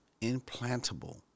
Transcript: implantable